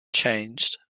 changed